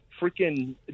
freaking